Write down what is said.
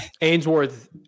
Ainsworth